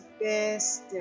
best